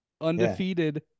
undefeated